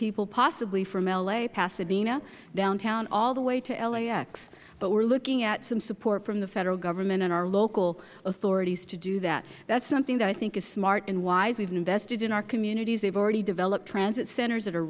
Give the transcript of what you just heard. people possibly from l a pasadena downtown all the way to lax but we are looking at some support from the federal government and our local authorities to do that that is something that i think is smart and wise we have invested in our communities they have already developed transit centers that are